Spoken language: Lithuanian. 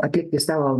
atlikti į savo